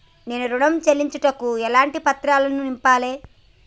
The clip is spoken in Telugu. నేను ఋణం చెల్లించుటకు ఎలాంటి పత్రాలను నింపాలి?